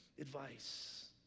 advice